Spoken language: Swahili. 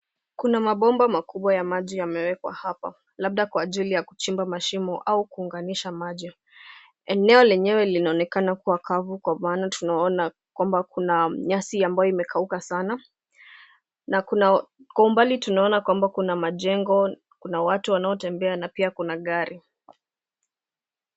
Kuna mabomba makubwa ya maji yamewekwa hapa, labda kwa ajili ya kuchimba mashimo au kuunganisha maji. Eneo lenyewe linaonekana kuwa kavu kwa maana tunaona kwamba kuna nyasi ambayo imekauka sana na kwa umbali tunaona kwamba kuna majengo, kuna watu wanaotembea na pia kuna gari.